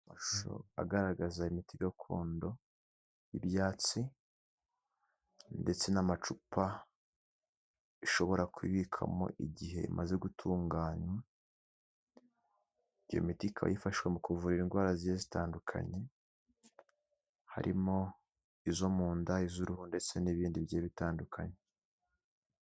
Amashusho agaragaza imiti gakondo y'ibyatsi, ndetse n'amacupa ishobora kubibikamo igihe imaze gutunganywa, iyo miti ikaba ifashashwa mu kuvura indwara zitandukanye, harimo izo mu nda, iz'uruhu, ndetse n'ibindi bigiye bitandukanye.